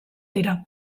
dira